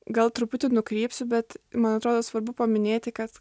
gal truputį nukrypsiu bet man atrodo svarbu paminėti kad